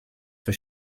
for